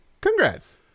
congrats